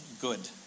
good